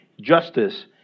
justice